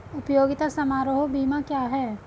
उपयोगिता समारोह बीमा क्या है?